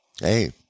hey